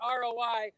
ROI